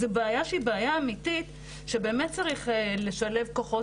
זו בעיה שהיא בעיה אמיתית שבאמת צריך לשלב כוחות